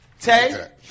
Tay